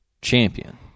champion